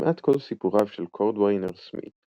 כמעט כל סיפוריו של קורדוויינר סמית,